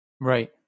Right